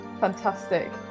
Fantastic